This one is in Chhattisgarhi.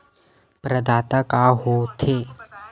प्रदाता का हो थे?